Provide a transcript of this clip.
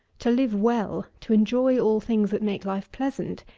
to live well, to enjoy all things that make life pleasant,